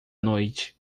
noite